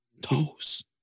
Toes